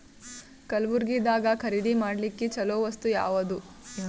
ಕಲಬುರ್ಗಿದಾಗ ಖರೀದಿ ಮಾಡ್ಲಿಕ್ಕಿ ಚಲೋ ವಸ್ತು ಯಾವಾದು?